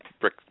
brick